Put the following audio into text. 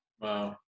Wow